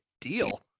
Deal